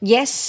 Yes